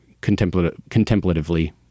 contemplatively